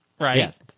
Right